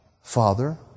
Father